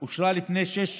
אושרה לפני שש שנים,